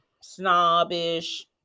snobbish